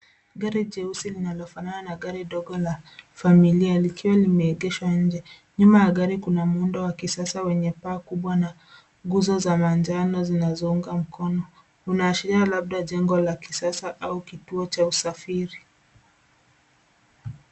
Gari jeusi linalofanana na gari dogo la familia likiwa limeegeshwa nje. Nyuma ya gari kuna muundo wa kisasa wenye paa kubwa na nguzo za manjano zinazounaounga mkono. Unaashiria labda jengo la kisasa au kituo cha usafiri.